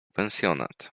pensjonat